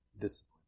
discipline